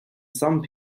some